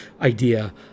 idea